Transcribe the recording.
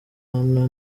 anna